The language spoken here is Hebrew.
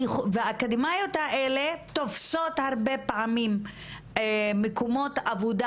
האקדמאיות האלה הקדמות האלה תופסת אותה הרבה פעמים מקומות עבודה